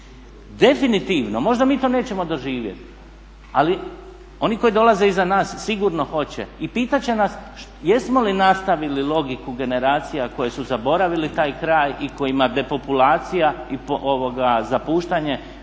definitivno. Možda mi to nećemo doživjeti, ali oni koji dolaze iza nas sigurno hoće i pitat će nas jesmo li nastavili logiku generacija koje su zaboravile taj kraj i kojima depopulacija i zapuštanje